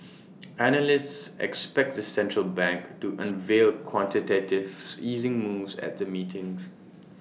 analysts expect the central bank to unveil quantitative easing moves at the meetings